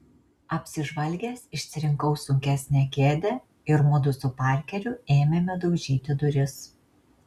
apsižvalgęs išsirinkau sunkesnę kėdę ir mudu su parkeriu ėmėme daužyti duris